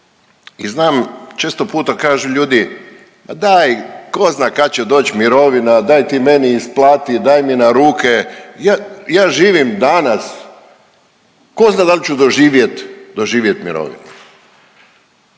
i znam često puta kažu ljudi, a daj ko zna kad će doć mirovina, daj ti meni isplati, daj mi na ruke ja živim danas, ko zna dal ću doživjet mirovinu.